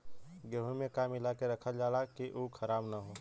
गेहूँ में का मिलाके रखल जाता कि उ खराब न हो?